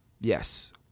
Yes